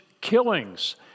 killings